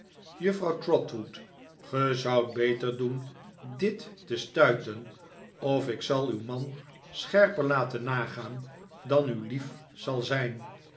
juffrouw trotwood ge zoudt beter doen dit te stuiten of ik zal uw man scherper laten nagaan dan u lief zal zijn